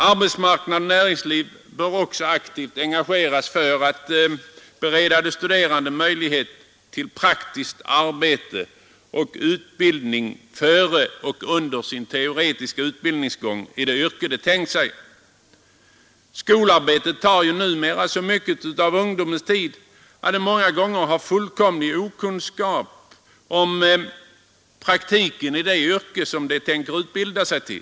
Arbetsmarknad och näringsliv bör också aktivt engageras för att bereda de studerande möjlighet till praktiskt arbete och utbildning före och under den teoretiska utbildningen i det yrke de tänkt sig. Skolarbetet tar numera så mycket av ungdomarnas tid att de många gånger är fullständigt okunniga om praktiken i det yrke som de utbildar sig för.